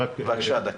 בבקשה, דקה.